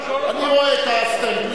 אני רואה את הסטמפה,